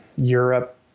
Europe